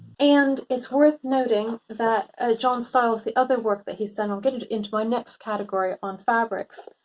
and it's worth noting that ah john styles, the other work that he's done, i'll get it into my next category on fabrics